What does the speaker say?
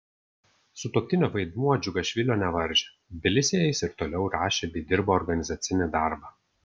sutuoktinio vaidmuo džiugašvilio nevaržė tbilisyje jis ir toliau rašė bei dirbo organizacinį darbą